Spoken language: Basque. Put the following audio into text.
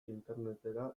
internetera